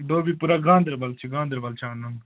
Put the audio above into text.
دوبی پوٗراہ گانٛدَربَل چھُ گانٛدَربَل چھُ اَنُن